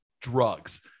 Drugs